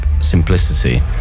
simplicity